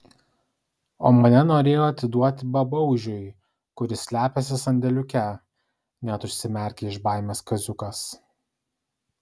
o mane norėjo atiduoti babaužiui kuris slepiasi sandėliuke net užsimerkė iš baimės kaziukas